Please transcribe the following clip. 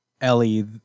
Ellie